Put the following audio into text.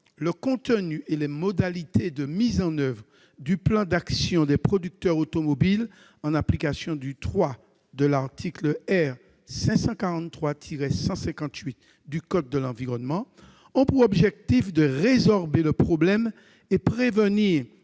le contenu et les modalités de mise en oeuvre du plan d'actions des producteurs automobiles en application du 3° de l'article R. 543-158 du code de l'environnement, tend à résorber le problème et prévenir